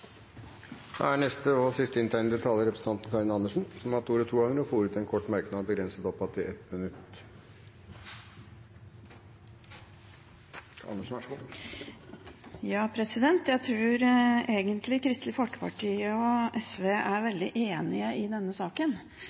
Representanten Karin Andersen har hatt ordet to ganger tidligere og får ordet til en kort merknad, begrenset til 1 minutt. Jeg tror egentlig Kristelig Folkeparti og SV er veldig enige i denne saken.